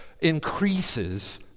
increases